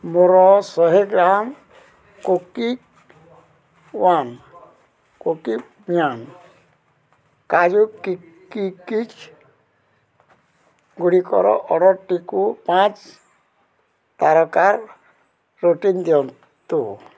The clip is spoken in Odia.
ମୋର ଶହେ ଗ୍ରାମ୍ କୁକୀୱାନ୍ କୁକୀମ୍ୟାନ୍ କାଜୁ କୁକିଜ୍ଗୁଡ଼ିକର ଅର୍ଡ଼ର୍ଟିକୁ ପାଞ୍ଚ୍ ତାରକାର ରେଟିଙ୍ଗ୍ ଦିଅନ୍ତୁ